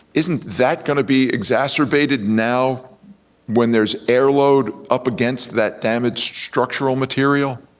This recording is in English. isn't that gonna be exacerbated now when there's air load up against that damaged structural material?